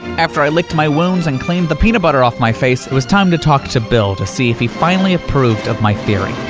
after i licked my wounds and cleaned the peanut butter off my face, it was time to talk to bill, to see if he finally approved of my theory.